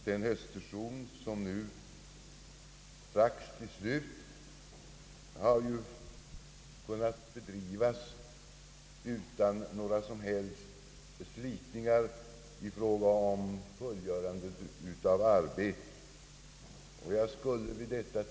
Den höstsession som nu strax är slut har ju kunnat genomföras utan några som helst slitningar i fråga om fullgörandet av arbetsuppgifterna.